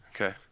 Okay